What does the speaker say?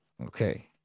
Okay